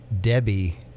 Debbie